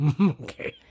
Okay